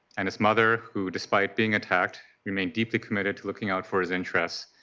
and his mother who despite being attacked remained deeply committed to looking out for his interests,